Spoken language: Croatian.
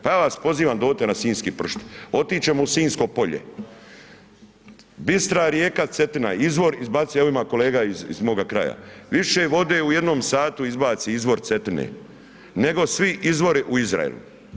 Pa ja vas pozivam dođite na sinjski pršut, otić ćemo u Sinjsko polje, bistra rijeka Cetina, izvor izbacuje, evo ima kolega iz mog kraja, više vode u jednom satu izbaci izvor Cetine nego svi izvori u Izraelu.